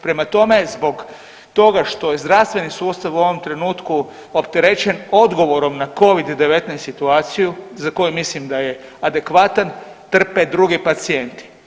Prema tome, zbog toga što je zdravstveni sustav u ovom trenutku opterećen odgovorom na Covid-19 situaciju za koju mislim da je adekvatan, trpe drugi pacijenti.